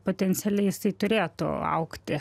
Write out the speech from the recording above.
potencialiais jis tai turėtų augti